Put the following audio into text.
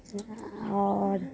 जेना आओर